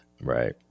Right